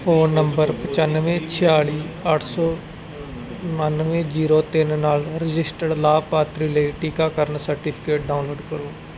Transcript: phone number ਪਚਾਨਵੇਂ ਛਿਆਲੀ ਅੱਠ ਸੌ ਉਣਾਨਵੇਂ ਜ਼ੀਰੋ ਤਿੰਨ ਨਾਲ ਰਜਿਸਟਰਡ ਲਾਭਪਾਤਰੀ ਲਈ ਟੀਕਾਕਰਨ ਸਰਟੀਫਿਕੇਟ ਡਾਊਨਲੋਡ ਕਰੋ